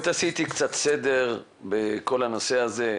תעשי לי קצת סדר בכל הנושא הזה.